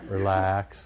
Relax